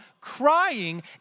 crying